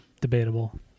debatable